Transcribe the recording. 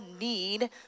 need